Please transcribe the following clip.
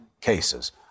cases